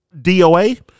DOA